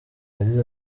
yagize